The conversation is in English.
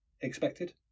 expected